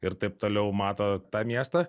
ir taip toliau mato tą miestą